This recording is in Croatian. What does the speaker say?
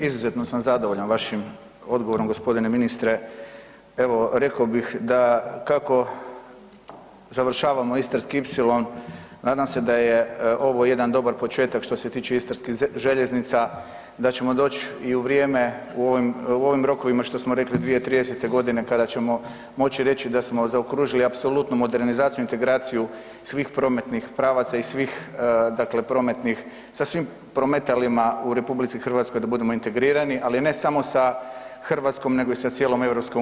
Izuzetno sam zadovoljan vašim odgovorom gospodine ministre, evo rekao bih da kako završavamo istarski ipsilon nadam se da je ovo jedan dobar početak što se tiče istarskih željeznica, da ćemo doći i u vrijeme u ovim rokovima što smo rekli 2030. godine kada ćemo moći reći da smo zaokružili apsolutno modernizaciju i integraciju svih prometnih pravaca i svih dakle prometnih, sa svim prometalima u RH da budemo integrirali, ali ne samo sa Hrvatskom nego i sa cijelom EU.